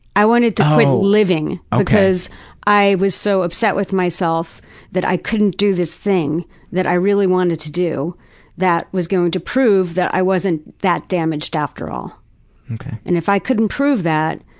i wanted to quit living. because i was so upset with myself that i couldn't do this thing that i really wanted to do that was going to prove that i wasn't that damaged after all. okay. and if i couldn't prove that,